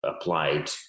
applied